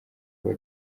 kuba